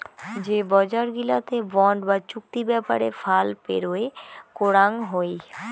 যে বজার গিলাতে বন্ড বা চুক্তি ব্যাপারে ফাল পেরোয় করাং হই